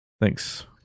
Thanks